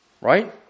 Right